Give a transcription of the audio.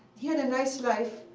he had a nice life.